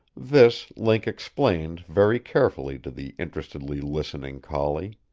this link explained very carefully to the interestedly listening collie.